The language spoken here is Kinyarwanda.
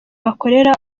bakorera